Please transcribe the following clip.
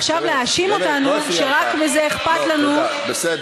ועכשיו להאשים אותנו שרק מזה אכפת לנו,